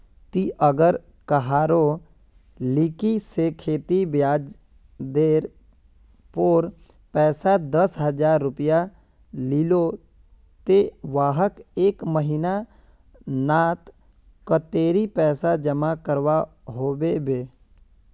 ती अगर कहारो लिकी से खेती ब्याज जेर पोर पैसा दस हजार रुपया लिलो ते वाहक एक महीना नात कतेरी पैसा जमा करवा होबे बे?